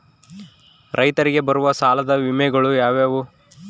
ರೈತರಿಗೆ ಬರುವ ಸಾಲದ ವಿಮೆಗಳು ಯಾವುವು?